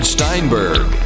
Steinberg